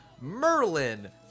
Merlin